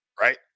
right